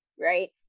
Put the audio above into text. right